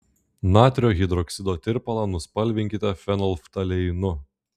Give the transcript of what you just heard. natrio hidroksido tirpalą nuspalvinkite fenolftaleinu